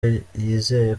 yizeye